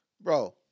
bro